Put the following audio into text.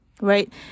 right